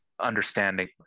understanding